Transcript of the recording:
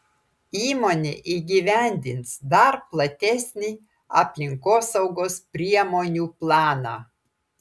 įmonė įgyvendins dar platesnį aplinkosaugos priemonių planą